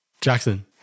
Jackson